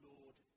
Lord